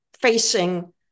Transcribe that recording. facing